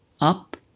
up